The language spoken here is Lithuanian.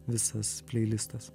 visas pleilistas